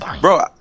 Bro